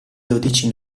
dodici